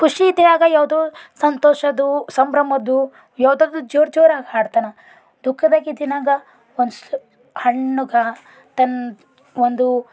ಖುಷಿ ಇದ್ದಿನಾಗ ಯಾವುದೋ ಸಂತೋಷದ್ದು ಸಂಭ್ರಮದ್ದು ಯಾವ್ದಾದ್ರೂ ಜೋರು ಜೋರು ಆಗಿ ಹಾಡ್ತಾನ ದುಃಖದಾಗ ಇದ್ದಿನಾಗ ಒಂದು ಶ್ಲ ಹಣ್ಣುಗ ತನ್ನ ಒಂದು